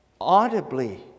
audibly